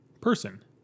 person